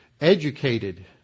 educated